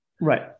right